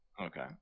Okay